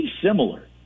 similar